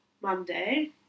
Monday